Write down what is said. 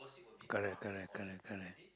correct correct correct correct